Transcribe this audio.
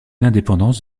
l’indépendance